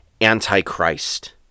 antichrist